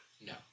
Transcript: No